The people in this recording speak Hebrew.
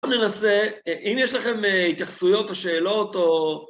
בואו ננסה, אם יש לכם התייחסויות, או שאלות, או...